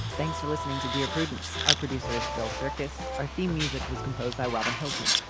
thanks for listening to dear prudence, our producer is bill cercas. our theme music was composed by robin hilton.